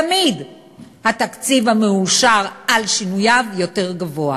תמיד התקציב המאושר על שינוייו יותר גבוה.